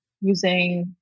using